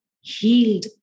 healed